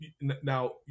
Now